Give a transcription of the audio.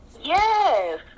Yes